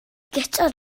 guto